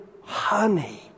honey